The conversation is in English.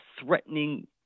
threatening